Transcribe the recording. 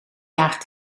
jaar